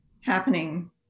happening